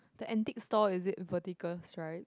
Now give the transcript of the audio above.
the antique store is it vertical stripe